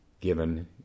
given